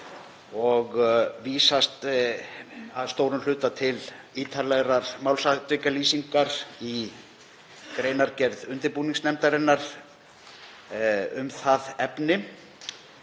og vísast að stórum hluta til ítarlegrar málsatvikalýsingar í greinargerð undirbúningsnefndarinnar um það efni.